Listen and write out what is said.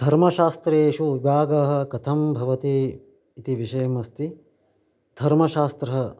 धर्मशास्त्रेषु विभागः कथं भवति इति विषयमस्ति धर्मशास्त्रम्